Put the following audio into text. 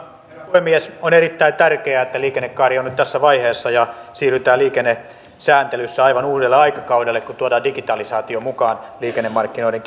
puhemies on erittäin tärkeää että liikennekaari on nyt tässä vaiheessa ja siirrytään liikennesääntelyssä aivan uudelle aikakaudelle kun tuodaan digitalisaatio mukaan liikennemarkkinoiden